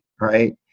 right